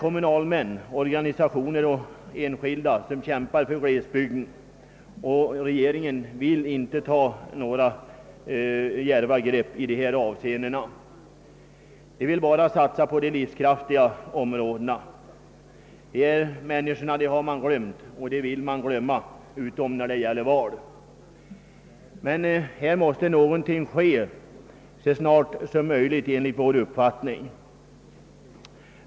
Kommunalmän, organisationer och enskilda kämpar för glesbygden, men regeringen vill inte ta några djärva grepp i dessa avseenden. Den vill bara satsa på de livskraftiga områdena. Människorna i glesbygden glömmer man bort utom när tiden för ett val närmar sig. Enligt vår uppfattning måste någon ting ske så snart som möjligt.